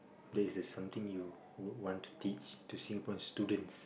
is a something you would want to teach to Singaporeans students